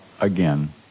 again